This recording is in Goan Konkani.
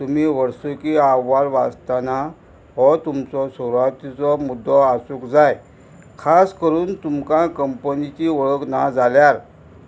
तुमी वर्सुकी अहवाल वाचतना हो तुमचो सुरवातीचो मुद्दो आसूंक जाय खास करून तुमकां कंपनीची वळख ना जाल्यार